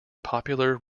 popular